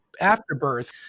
afterbirth